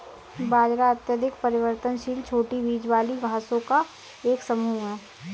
बाजरा अत्यधिक परिवर्तनशील छोटी बीज वाली घासों का एक समूह है